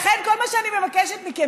לכן כל מה שאני מבקשת מכם,